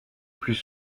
plus